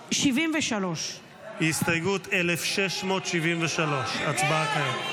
1673. הסתייגות 1673, הצבעה כעת.